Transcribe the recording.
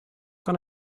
can